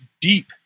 deep